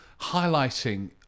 highlighting